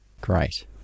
Great